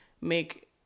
make